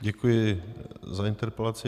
Děkuji za interpelaci.